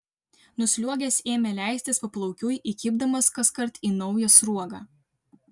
nusliuogęs ėmė leistis paplaukiui įkibdamas kaskart į naują sruogą